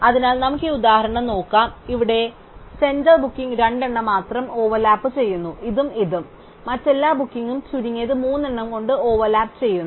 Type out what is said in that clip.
അതിനാൽ നമുക്ക് ഈ ഉദാഹരണം നോക്കാം ഇവിടെ സെന്റർ ബുക്കിംഗ് രണ്ടെണ്ണം മാത്രം ഓവർലാപ്പുചെയ്യുന്നു ഇതും ഇതും മറ്റെല്ലാ ബുക്കിംഗും ചുരുങ്ങിയത് മൂന്നെണ്ണം കൊണ്ട് ഓവർലാപ്പുചെയ്യുന്നു